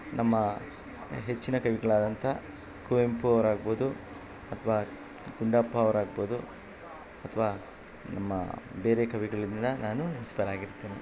ನಮ್ಮ ನೆಚ್ಚಿನ ಕವಿಗಳಾದಂಥ ಕುವೆಂಪು ಅವ್ರು ಆಗಬೋದು ಅಥ್ವ ಗುಂಡಪ್ಪ ಅವ್ರು ಆಗಬೋದು ಅಥ್ವ ನಮ್ಮ ಬೇರೆ ಕವಿಗಳಿಂದ ನಾನು ಇನ್ಸ್ಪೈರಾಗಿರ್ತೇನೆ